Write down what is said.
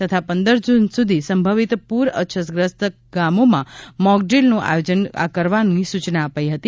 તથા પંદર જૂન સુધી સંભવિત પૂર અસરગ્રસ્ત ગામોમાં મોકડ્રીલનું આયોજન કરવા સૂચનાઓ અપાઈ હતી